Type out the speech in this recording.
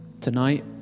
Tonight